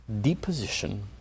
deposition